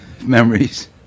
Memories